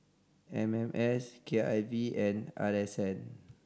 M M S K I V and R S N